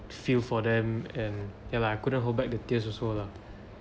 feel for them and ya lah I couldn't hold back the tears also lah